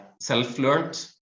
self-learned